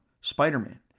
Spider-Man